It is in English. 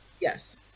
Yes